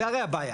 אז לא יישמעו.